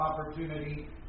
opportunity